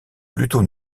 plutôt